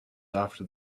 after